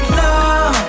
love